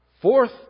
Fourth